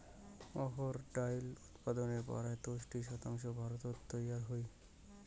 অহর ডাইল উৎপাদনের পরায় তেষট্টি শতাংশ ভারতত তৈয়ার হই